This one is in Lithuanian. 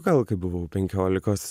gal kai buvau penkiolikos